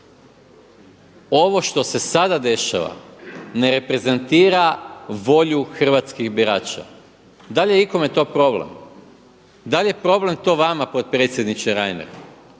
ovo što se sada dešava ne reprezentira volju hrvatskih birača. Da li je ikome to problem? Da li je problem to vama potpredsjedniče Reiner